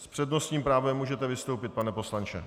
S přednostním právem můžete vystoupit, pane poslanče.